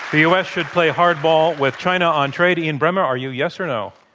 the u. s. should play hardball with china on trade, ian bremmer, are you yes, or no?